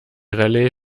rallye